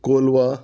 Colva